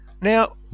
Now